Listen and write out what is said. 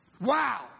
Wow